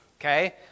okay